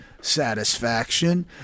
satisfaction